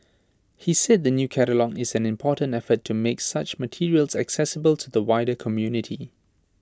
he said the new catalogue is an important effort to make such materials accessible to the wider community